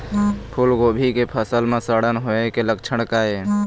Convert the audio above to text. फूलगोभी के फसल म सड़न होय के लक्षण का ये?